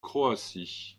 croatie